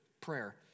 prayer